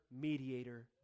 mediator